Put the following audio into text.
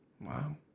Wow